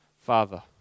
father